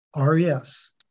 RES